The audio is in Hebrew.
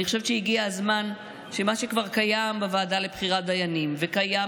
אני חושבת שהגיע הזמן שמה שכבר קיים בוועדה לבחירת דיינים וקיים